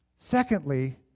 Secondly